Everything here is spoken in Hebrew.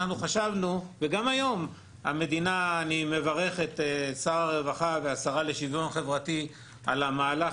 גם היום אני מברך את שר הרווחה והשרה לשוויון חברתי על המהלך